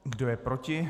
Kdo je proti?